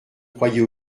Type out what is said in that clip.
croyais